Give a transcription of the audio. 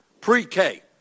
pre-K